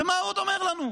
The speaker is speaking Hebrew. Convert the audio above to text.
ומה הוא עוד אומר לנו?